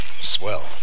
Swell